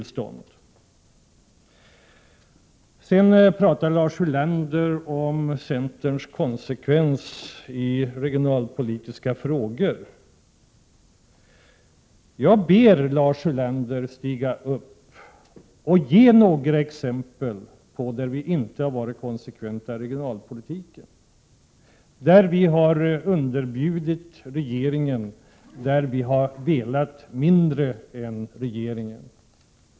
Sedan talade Lars Ulander om centerns konsekvens i regionalpolitiska frågor. Jag ber Lars Ulander stiga upp och ge några exempel på några fall då vi inte har varit konsekventa i regionalpolitiken — några fall då vi har underbjudit regeringen och önskat svagare åtgärder än regeringen.